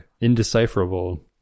indecipherable